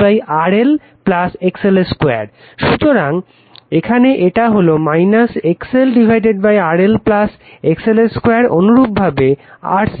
সুতরাং এখানে এটা হলো XLRL XL 2 অনুরূপভাবে RC